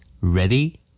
Ready